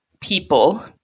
people